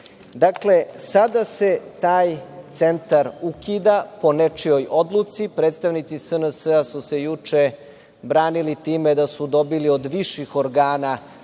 sada se taj centar ukida po nečijoj odluci. Predstavnici SNS su se juče branili time da su dobili od viših organa